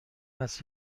است